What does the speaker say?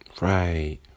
Right